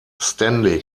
stanley